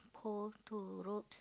hold two ropes